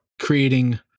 creating